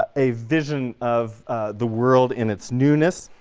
ah a vision of the world in its newness.